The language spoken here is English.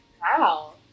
Wow